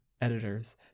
Editors